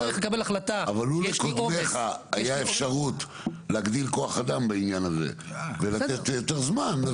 אבל לו לקודמיך הייתה אפשרות להגדיל כוח אדם בעניין הזה ולתת יותר זמן,